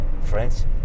Friends